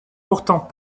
pourtant